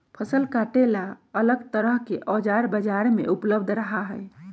फसल काटे ला अलग तरह के औजार बाजार में उपलब्ध रहा हई